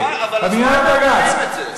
בניין בג"ץ,